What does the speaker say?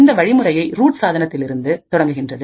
இந்த வழிமுறை ரூட் சாதனத்திலிருந்து தொடங்குகின்றது